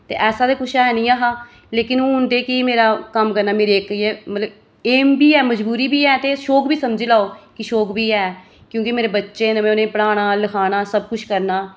ते ऐसा ते कुछ ऐ नेईं हा ते हून कि मेरा कम्म करना मेरी इक्क मतलब कि मेरी एम बी ऐ ते मजबूरी बी ऐ ते शौक बी समझी लेओ कि शौक बी ऐ क्योंकि मेरे बच्चे न में उ'नेंगी पढ़ाना लिखाना सब कुछ करना